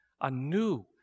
anew